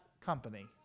company